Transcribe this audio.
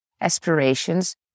aspirations